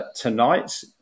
tonight